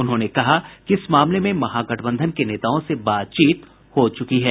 उन्होंने कहा कि इस मामले में महागठबंधन के नेताओं से बातचीत हो चुकी है